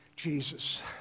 Jesus